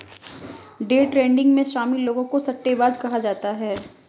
day trading में शामिल लोगों को सट्टेबाज कहा जाता है